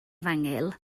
efengyl